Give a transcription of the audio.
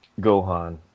Gohan